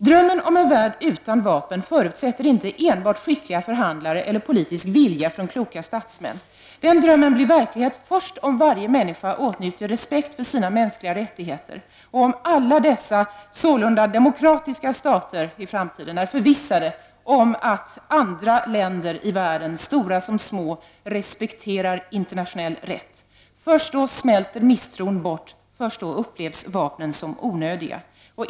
Drömmen om en värld utan vapen förutsätter inte enbart skickliga förhandlare eller politisk vilja från kloka statsmän, utan den drömmen blir verklighet först när varje människa åtnjuter respekt för sina mänskliga rättigheter och när alla demokratiska stater i omvärlden är förvissade om att andra länder, stora som små, respekterar internationell rätt. Först då smälter misstron bort. örst då upplevs vapnen som onödiga.